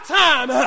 time